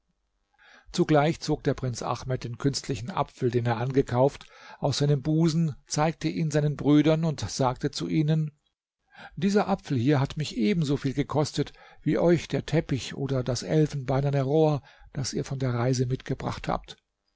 zugleich zog der prinz ahmed den künstlichen apfel den er angekauft aus seinem busen zeigte ihn seinen brüdern und sagte zu ihnen dieser apfel hier hat mich ebenso viel gekostet wie euch der teppich oder das elfenbeinerne rohr das ihr von der reise mitgebracht habt